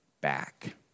back